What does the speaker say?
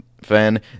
Fan